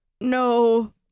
no